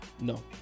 no